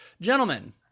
gentlemen